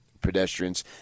pedestrians